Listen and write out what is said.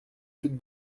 plus